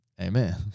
Amen